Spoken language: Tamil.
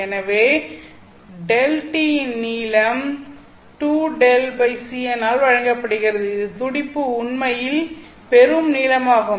எனவே Δt இன் நீளம் n 2Δ Cn ஆல் வழங்கப்படுகிறது இது துடிப்பு உண்மையில் பெரும் நீளமாகும்